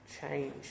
change